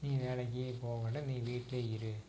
நீ வேலைக்கு போகவேண்டாம் நீ வீட்டில் இரு